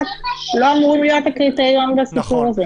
לא אמורים להיות הקריטריון בסיפור הזה.